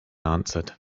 answered